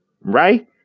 Right